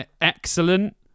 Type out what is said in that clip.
excellent